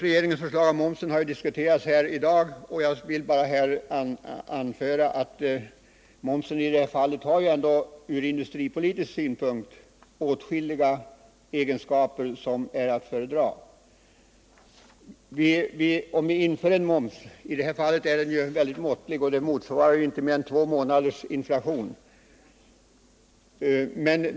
Regeringens förslag om momsen har diskuterats här i dag, och jag vill bara anföra att momsen i det här fallet ändå ur industripolitisk synpunkt har åtskilliga egenskaper som är att föredra. Den nu föreslagna momsen är väldigt måttlig — den motsvarar inte mer än två månaders inflation.